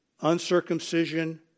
Uncircumcision